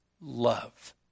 love